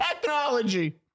technology